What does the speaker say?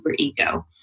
superego